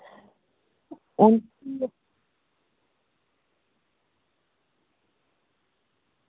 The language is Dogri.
हां